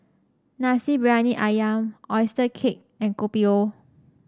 Nasi Briyani ayam oyster cake and Kopi O